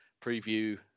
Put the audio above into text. preview